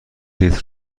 لیتر